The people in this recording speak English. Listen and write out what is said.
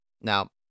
Now